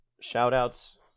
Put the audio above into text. shout-outs